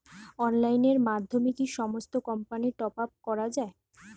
অনলাইনের মাধ্যমে কি সমস্ত কোম্পানির টপ আপ করা যায়?